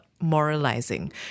moralizing